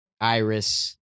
Iris